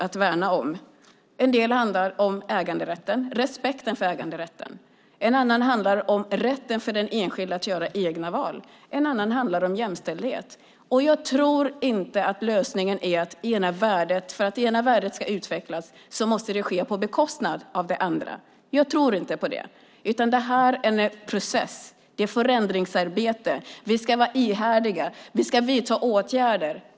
Ett handlar om äganderätten och respekten för den. Ett annat handlar om rätten för den enskilde att göra egna val. Ett tredje handlar om jämställdhet. Jag tror inte att lösningen är att om det ena värdet ska utvecklas måste det ske på bekostnad av ett annat. Jag tror inte på det, utan det här är en process och ett förändringsarbete. Vi ska vara ihärdiga. Vi ska vidta åtgärder.